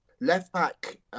Left-back